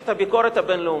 את הביקורת הבין-לאומית.